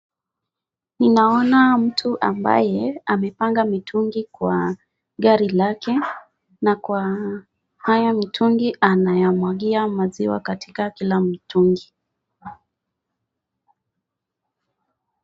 Ninaona mtu ambaye amepanga mitungi kwa gari lake na kwa hizi mitungi anayamwangia maziwa katika kila mitungi.